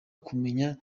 kumenya